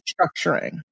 structuring